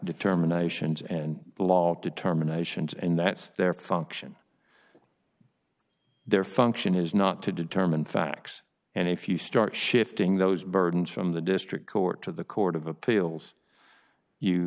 determinations and the law determinations and that's their function their function is not to determine facts and if you start shifting those burdens from the district court to the court of appeals you